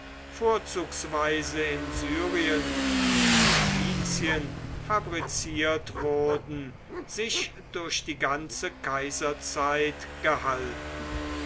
vorzugsweise in syrien und phönizien fabriziert wurden sich durch die ganze kaiserzeit gehalten